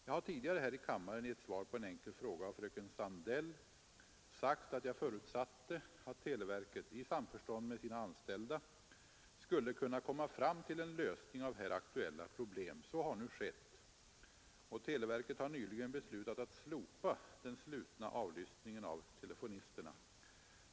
Jag har tidigare här i kammaren i ett svar på en enkel fråga av fröken Sandell — sagt att jag förutsatte att televerket i samförstånd med sina anställda skulle kunna komma fram till en lösning av här aktuella problem. Så har nu skett och televerket har nyligen beslutat att slopa den slutna avlyssningen av telefonisterna.